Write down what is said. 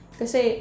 kasi